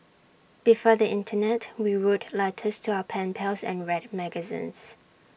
before the Internet we wrote letters to our pen pals and read magazines